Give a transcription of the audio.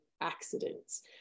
accidents